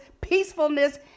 peacefulness